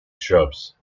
shrubs